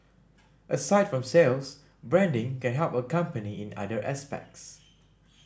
aside from sales branding can help a company in other aspects